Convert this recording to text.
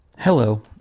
Hello